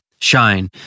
shine